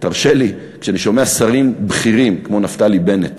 ותרשה לי, כשאני שומע שרים בכירים כמו נפתלי בנט,